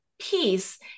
peace